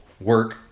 work